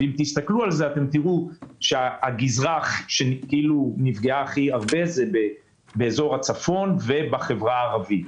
תראו שהגזרה שנפגעה הכי הרבה היא באזור הצפון ובחברה הערבית.